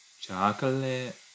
Chocolate